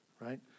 Right